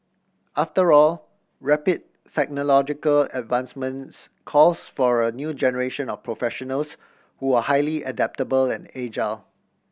after all rapid technological advancements calls for a new generation of professionals who are highly adaptable and agile